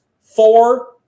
four